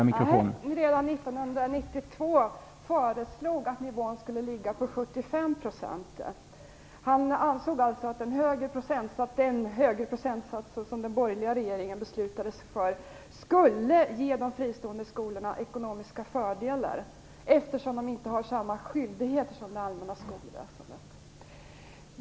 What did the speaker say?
Herr talman! Först vill jag säga när det gäller schablonbidraget att Sven-Åke Johanssons enmansutredning redan 1992 föreslog att nivån skulle ligga på 75 %. Han ansåg alltså att den högre procentsats som den borgerliga regeringen beslutade sig för skulle ge de fristående skolorna ekonomiska fördelar, eftersom dessa inte har samma skyldigheter som de allmänna skolorna.